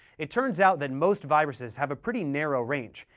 it turns out that most viruses have a pretty narrow range,